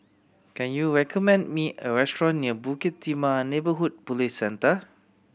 can you recommend me a restaurant near Bukit Timah Neighbourhood Police Centre